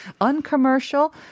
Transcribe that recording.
Uncommercial